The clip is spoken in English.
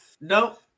no